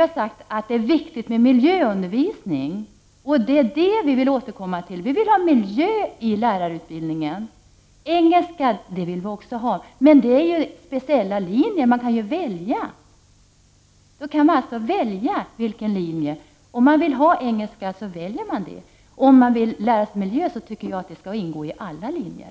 har sagt att det är viktigt med miljöundervisning. Detta är vad vi vill återkomma till. Vi vill ha med miljöfrågorna i lärarutbildningen. Vi vill också ha med engelskan, men det finns ju speciella linjer man kan välja i det fallet. Man kan alltså välja engelska om man vill studera det. Miljöundervisning däremot bör enligt min mening ingå på alla linjer.